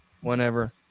whenever